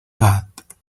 gat